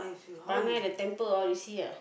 perangai the temper all you see ah